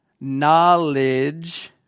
knowledge